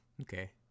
Okay